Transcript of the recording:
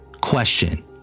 question